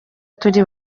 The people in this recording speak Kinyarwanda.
turi